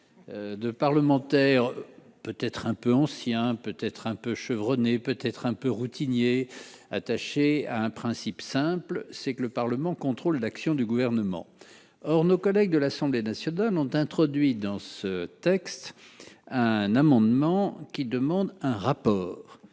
de parlementaires, peut-être un peu ancien, peut-être un peu chevronnés, peut-être un peu routinier, attachés à un principe simple : c'est que le Parlement contrôle l'action du gouvernement, or nos collègues de l'Assemblée nationale ont introduit dans ce texte un amendement qui demande un rapport